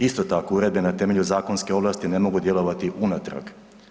Isto tako, uredbe na temelju zakonske ovlasti ne mogu djelovati unatrag.